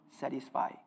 satisfy